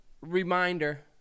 reminder